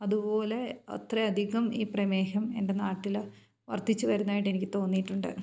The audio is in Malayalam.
അതുപോലെ അത്രയധികം ഈ പ്രമേഹം എൻ്റെ നാട്ടിൽ വർദ്ധിച്ചു വരുന്നതായിട്ട് എനിക്ക് തോന്നിയിട്ടുണ്ട്